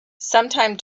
sometime